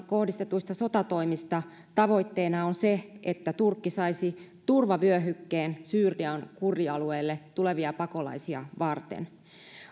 kohdistettujen sotatoimien tavoitteena on se että turkki saisi turvavyöhykkeen syyrian kurdialueelle tulevia pakolaisia varten